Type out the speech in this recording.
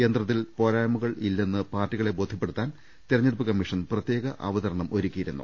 യന്ത്രത്തിൽ പോരാ യ്മകൾ ഇല്ലെന്ന് പാർട്ടികളെ ബോധ്യപ്പെടുത്താൻ തെരഞ്ഞെടുപ്പ് കമ്മീഷൻ പ്രത്യേക അവതരണം നടത്തിയിരുന്നു